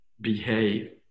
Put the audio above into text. behave